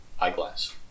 eyeglass